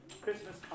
Christmas